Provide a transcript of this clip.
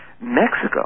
Mexico